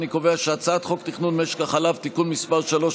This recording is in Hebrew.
אני קובע שהצעת חוק תכנון משק החלב (תיקון מס' 3),